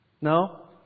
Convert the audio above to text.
No